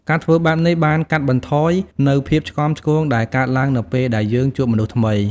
ការធ្វើបែបនេះបានកាត់បន្ថយនូវភាពឆ្គាំឆ្គងដែលកើតឡើងនៅពេលដែលយើងជួបមនុស្សថ្មី។